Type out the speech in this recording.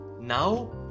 Now